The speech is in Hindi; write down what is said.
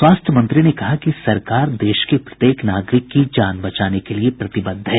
स्वास्थ्य मंत्री ने कहा है कि सरकार देश के प्रत्येक नागरिक की जान बचाने के लिए प्रतिबद्ध है